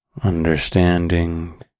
understanding